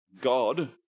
god